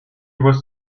was